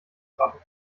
gratis